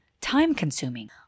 time-consuming